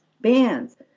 bands